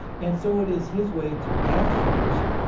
and so it is his way to act first,